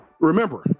Remember